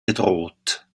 gedroht